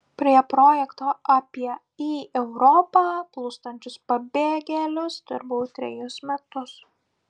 prie projekto apie į europą plūstančius pabėgėlius dirbau trejus metus